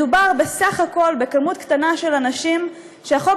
מדובר בסך הכול במספר קטן של אנשים שהחוק